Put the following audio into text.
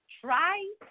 try